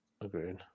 Agreed